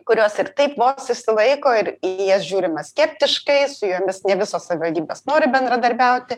kurios ir taip vos išsilaiko ir į jas žiūrima skeptiškai su jomis ne visos savivaldybės nori bendradarbiauti